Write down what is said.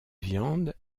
viande